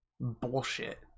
bullshit